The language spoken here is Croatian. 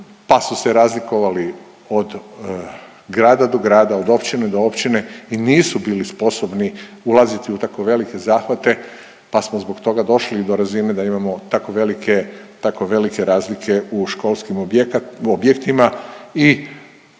pa su se razlikovali od grada do grada, od općine do općine i nisu bili sposobni ulaziti u tako velike zahvate pa smo zbog toga došli i do razine da imamo tako velike, tako velike razlike u školskim objektima